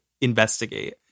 investigate